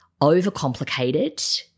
Overcomplicated